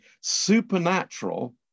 supernatural